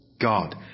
God